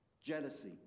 jealousy